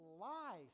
life